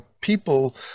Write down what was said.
people